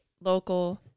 local